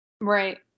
right